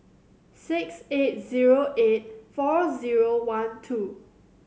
six eight zero eight four zero one two